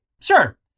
Sure